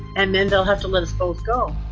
and then they'll have to let us both go